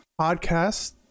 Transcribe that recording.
podcast